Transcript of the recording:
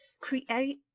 create